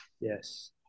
Yes